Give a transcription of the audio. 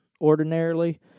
ordinarily